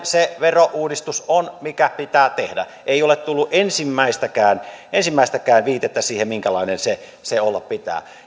se verouudistus on mikä pitää tehdä ei ole tullut ensimmäistäkään ensimmäistäkään viitettä siihen minkälainen sen olla pitää